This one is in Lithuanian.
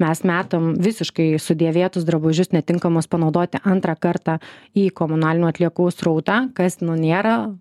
mes metam visiškai sudėvėtus drabužius netinkamus panaudoti antrą kartą į komunalinių atliekų srautą kas nu nėra